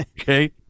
Okay